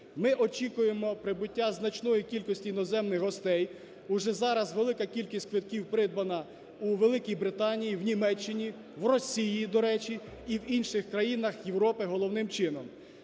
Ми очікуємо прибуття значної кількості іноземних гостей. Уже зараз велика кількість квитків придбана у Великій Британії, в Німеччині, в Росії, до речі, і в інших країнах Європи головним чином.